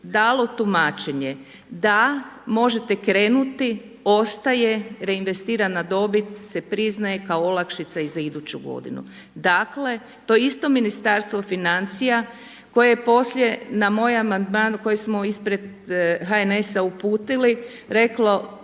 dalo tumačenje, da možete krenuti ostaje reinvestirana dobit se priznaje kao olakšica i za iduću godinu. Dakle to isto Ministarstvo financija koje je poslije na moj amandman koji smo ispred HNS-a uputili reklo